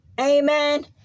Amen